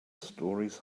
stories